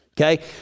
okay